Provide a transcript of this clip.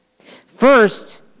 first